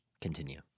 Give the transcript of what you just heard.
continue